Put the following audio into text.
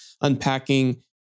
unpacking